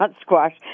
squash